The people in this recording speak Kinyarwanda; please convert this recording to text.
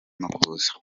makuza